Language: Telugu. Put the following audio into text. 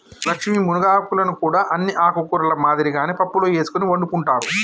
లక్ష్మీ మునగాకులను కూడా అన్ని ఆకుకూరల మాదిరిగానే పప్పులో ఎసుకొని వండుకుంటారు